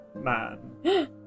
man